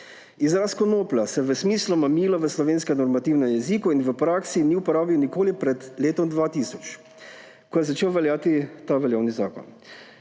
Izraz konoplja se v smislu mamila v slovenskem normativnem jeziku in v praksi ni uporabil nikoli pred letom 2000, ko je začel veljati ta veljavni zakon.